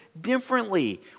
differently